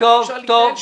ואי-אפשר להתנהל שם.